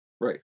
right